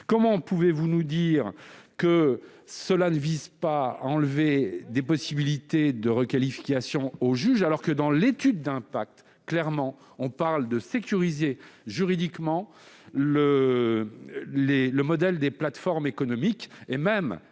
Comment pouvez-vous nous dire que cela ne vise pas à enlever des possibilités de requalification au juge ? Dans l'étude d'impact, clairement, on parle de sécuriser juridiquement le modèle économique des